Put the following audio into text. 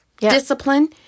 discipline